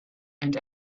and